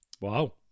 Wow